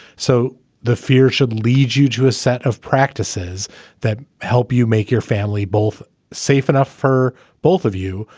so the fear should lead you to a set of practices that help you make your family both safe enough for both of you,